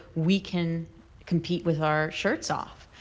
we can compete with our shirts off.